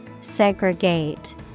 Segregate